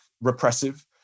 repressive